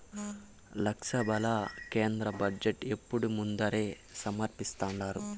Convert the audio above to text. లోక్సభల కేంద్ర బడ్జెటు ఎప్పుడూ ముందరే సమర్పిస్థాండారు